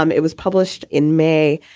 um it was published in may.